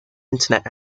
internet